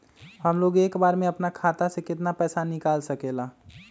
हमलोग एक बार में अपना खाता से केतना पैसा निकाल सकेला?